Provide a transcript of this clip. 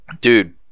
dude